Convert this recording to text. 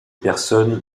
personnes